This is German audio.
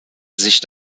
sich